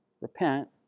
repent